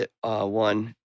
One